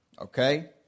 Okay